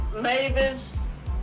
Mavis